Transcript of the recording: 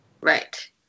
Right